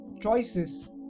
Choices